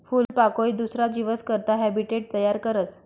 फूलपाकोई दुसरा जीवस करता हैबीटेट तयार करस